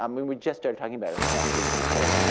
i mean we just started talking about it in the last week or two,